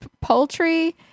poultry